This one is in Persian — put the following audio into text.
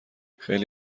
خیلی